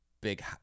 big